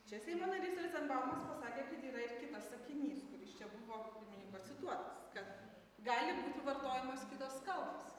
čia seimo narys rozenbaumas pasakė kad yra ir kitas sakinys kuris čia buvo pirmininko cituotas kad gali būti vartojamos kitos kalbos